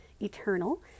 Eternal